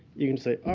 you can say,